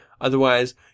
otherwise